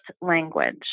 language